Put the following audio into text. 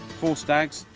four stags,